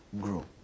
grow